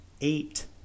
eight